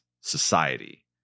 society